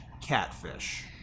catfish